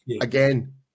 again